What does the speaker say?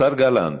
השר גלנט,